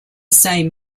same